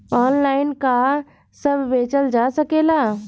Online का सब फसल बेचल जा सकेला?